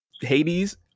Hades